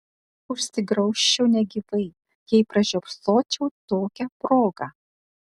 užsigraužčiau negyvai jei pražiopsočiau tokią progą